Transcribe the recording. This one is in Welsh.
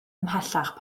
ymhellach